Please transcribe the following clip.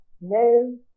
No